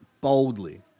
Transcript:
boldly